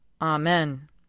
Amen